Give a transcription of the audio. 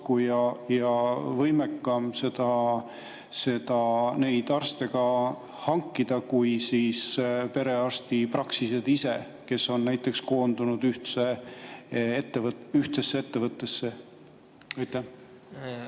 ja võimekam neid arste hankima kui perearstipraksised ise, kes on näiteks koondunud ühtsesse ettevõttesse.